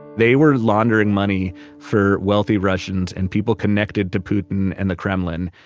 they were laundering money for wealthy russians and people connected to putin and the kremlin,